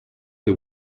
the